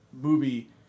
movie